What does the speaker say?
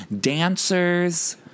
dancers